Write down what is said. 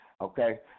Okay